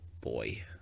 boy